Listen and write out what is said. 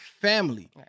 family